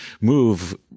move